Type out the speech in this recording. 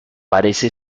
parece